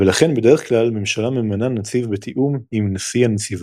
ולכן בדרך כלל כל ממשלה ממנה נציב בתיאום עם נשיא הנציבות.